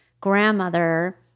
grandmother